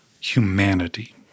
humanity